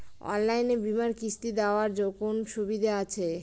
অনলাইনে বীমার কিস্তি দেওয়ার কোন সুবিধে আছে?